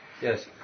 Yes